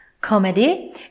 comedy